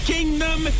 Kingdom